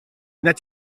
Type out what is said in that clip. n’as